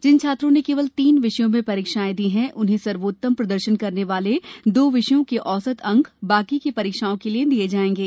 जिन छात्रों ने केवल तीन विषयों में की परीक्षाएं दी हैं उन्हें सर्वोत्तम प्रदर्शन वाले दो विषयों के औसत अंक बाकी की परीक्षाओं के लिए दिए जाएंगे